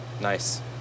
Nice